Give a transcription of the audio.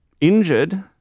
Injured